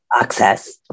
access